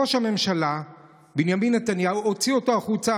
ראש הממשלה בנימין נתניהו הוציא אותו החוצה,